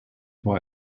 war